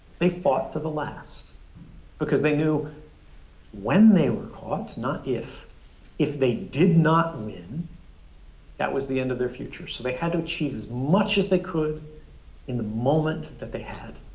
they fought to the last because they knew when they were caught not if if they did not win that was the end of their future. so they had to achieve as much as they could in the moment that they had.